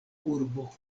urbo